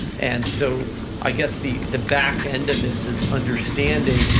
and so i guess the the back end of this is understanding